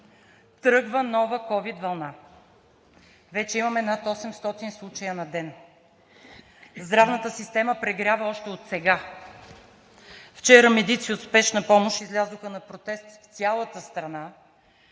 тръгва нова ковид вълна. Вече има над 800 случая на ден. Здравната система прегрява още отсега. Вчера медици от Спешна помощ излязоха на протест в цялата страна